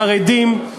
חרדים,